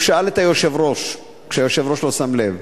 הוא שאל את היושב-ראש כשהיושב-ראש לא שם לב.